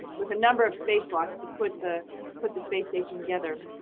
was a number of spacewalks to put the put the space station together.